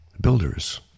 Builders